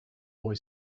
boy